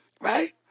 Right